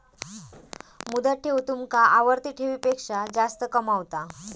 मुदत ठेव तुमका आवर्ती ठेवीपेक्षा जास्त कमावता